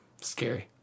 scary